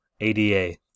ADA